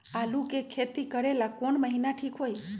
आलू के खेती करेला कौन महीना ठीक होई?